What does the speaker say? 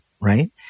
right